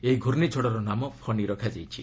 ଏହି ଘୁର୍ଣ୍ଣିଝଡ଼ର ନାମ 'ଫନି' ରଖାଯାଇଛି